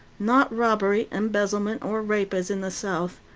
not robbery, embezzlement, or rape, as in the south.